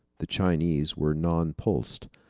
the chinese were nonplussed.